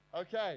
Okay